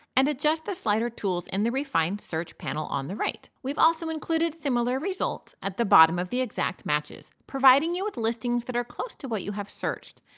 and adjust the slider tools in the refined search panel on the right. we've also included similar results at the bottom of the exact matches, providing you with listings that are close to what you have searched.